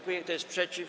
Kto jest przeciw?